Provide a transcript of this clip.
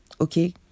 Okay